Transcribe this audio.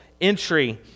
entry